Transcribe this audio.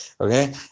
Okay